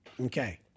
Okay